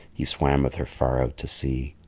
he swam with her far out to sea.